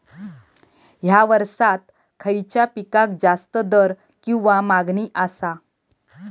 हया वर्सात खइच्या पिकाक जास्त दर किंवा मागणी आसा?